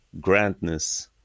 grandness